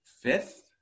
fifth